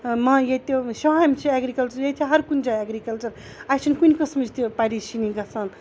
ما ییٚتہِ شُہامہِ چھِ ایٚگرِکَلچَر ییٚتہِ چھِ ہرکُنہِ جایہِ ایٚگرِکَلچَر اَسہِ چھُنہٕ کُنہٕ قٕسمٕچ تہِ پریشٲنی گژھان